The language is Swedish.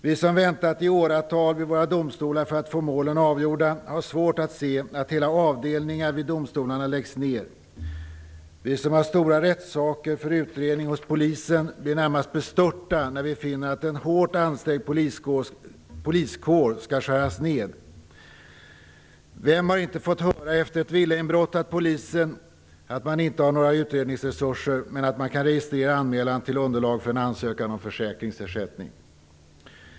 Vi som väntat i åratal vid våra domstolar för att få målen avgjorda har svårt att se på när hela avdelningar vid domstolarna läggs ned. Vi som har stora rättssaker för utredning hos polisen blir närmast bestörta när vi finner att en hårt ansträngd poliskår skall skäras ned. Vem har inte efter ett villainbrott fått höra av polisen att man inte har några utredningsresurser men att man kan registrera anmälan som underlag till en ansökan om försäkringsersättning?